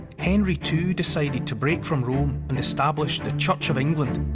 henry too decided to break from rome and establish the church of england.